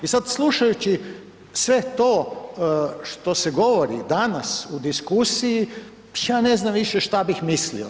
I sad slušajući sve to što se govori danas u diskusiji, ja ne znam više što bih mislio.